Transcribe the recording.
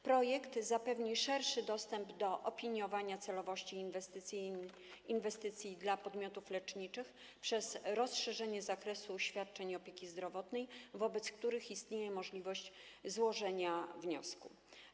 Projekt zapewni szerszy dostęp do opiniowania celowości inwestycji dla podmiotów leczniczych przez rozszerzenie zakresu świadczeń opieki zdrowotnej, wobec których istnieje możliwość złożenia wniosku.